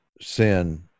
sin